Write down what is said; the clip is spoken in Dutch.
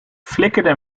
flikkerde